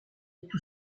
tout